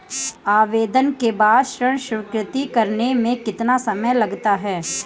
आवेदन के बाद ऋण स्वीकृत करने में कितना समय लगता है?